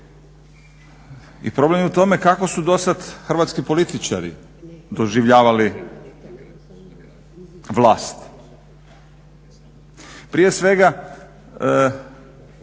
I problem je u tome kako su dosad hrvatski političari doživljavali vlast. Prije svega